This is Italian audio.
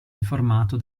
informato